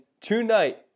tonight